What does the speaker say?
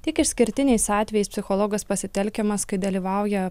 tik išskirtiniais atvejais psichologas pasitelkiamas kai dalyvauja